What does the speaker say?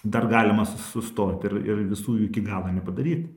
dar galima su sustot ir ir visų iki galo nepadaryt